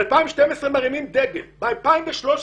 ב-2012 מרימים דגם ב2013